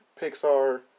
pixar